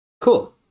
cool